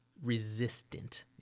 resistant